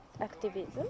activism